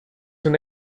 una